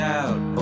out